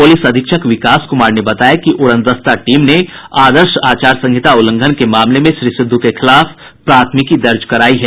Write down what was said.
police अधीक्षक विकास कुमार ने बताया कि उड़नदस्ता टीम ने आदर्श आचार संहिता उल्लंघन के मामले में श्री सिद्धू के खिलाफ प्राथमिकी दर्ज कराई है